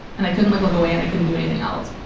and i couldn't like look away and i couldn't do anything else